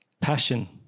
passion